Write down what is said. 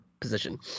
position